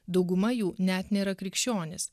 dauguma jų net nėra krikščionys